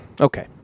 okay